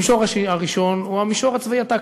המישור הראשון הוא המישור הצבאי הטקטי.